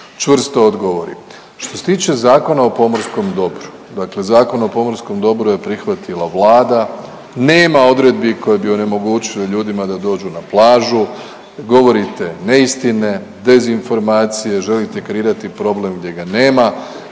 čvrsto odgovori. Što se tiče Zakona o pomorskom dobru, dakle Zakon o pomorskom dobru je prihvatila Vlada, nema odredbi koje bi onemogućile ljudima da dođu na plažu, govorite neistine, dezinformacije, želite kreirati problem gdje ga nema.